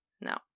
No